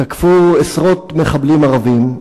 תקפו עשרות מחבלים ערבים,